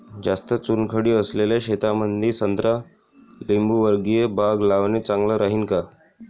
जास्त चुनखडी असलेल्या शेतामंदी संत्रा लिंबूवर्गीय बाग लावणे चांगलं राहिन का?